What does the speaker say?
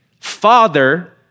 father